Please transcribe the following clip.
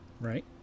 Right